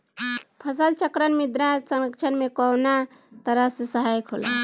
फसल चक्रण मृदा संरक्षण में कउना तरह से सहायक होला?